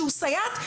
שהוא סייעת,